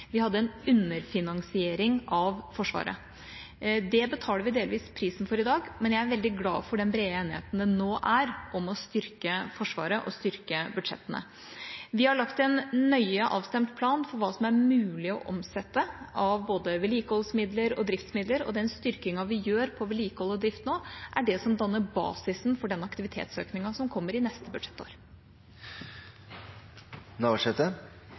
Vi hadde en underfinansiering av Forsvaret. Det betaler vi delvis prisen for i dag, men jeg er veldig glad for den brede enigheten det nå er om å styrke Forsvaret og styrke budsjettene. Vi har lagt en nøye avstemt plan for hva som er mulig å omsette av både vedlikeholdsmidler og driftsmidler, og den styrkingen vi gjør på vedlikehold og drift nå, er det som danner basisen for den aktivitetsøkningen som kommer i neste